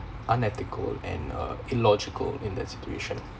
unethical and uh illogical in that situation